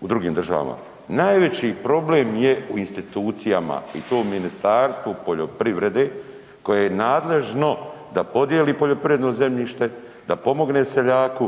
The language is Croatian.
u drugim državama. Najveći problem je u institucijama i to Ministarstvo poljoprivrede koje je nadležno da podijeli poljoprivredno zemljište, da pomogne seljaku.